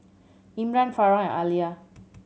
Mmran Farah and Alya